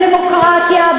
בדמוקרטיה,